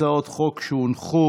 להצעות חוק שהונחו.